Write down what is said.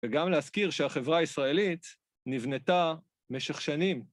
וגם להזכיר שהחברה הישראלית נבנתה משך שנים.